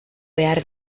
behar